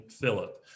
Philip